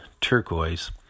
turquoise